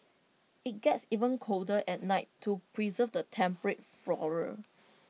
IT gets even colder at night to preserve the temperate flora